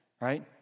Right